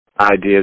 ideas